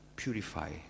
purify